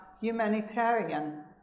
humanitarian